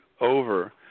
over